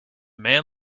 man